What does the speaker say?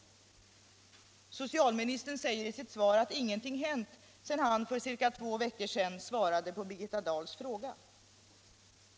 Socialministern säger i sitt svar att ingenting hänt sedan han för ungefär två veckor sedan svarade på Birgitta Dahls fråga.